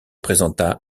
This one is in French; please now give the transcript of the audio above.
présenta